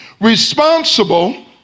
responsible